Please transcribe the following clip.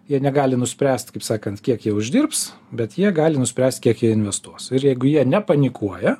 jie negali nuspręsti kaip sakant kiek jie uždirbs bet jie gali nuspręst kiek jie investuos ir jeigu jie nepanikuoja